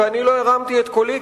ואני לא הרמתי את קולי,